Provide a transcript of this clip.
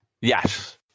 Yes